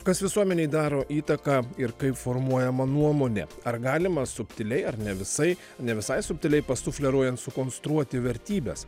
kas visuomenei daro įtaką ir kaip formuojama nuomonė ar galima subtiliai ar ne visai ne visai subtiliai pasufleruojant sukonstruoti vertybes